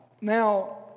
now